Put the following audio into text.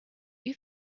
you